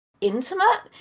intimate